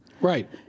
Right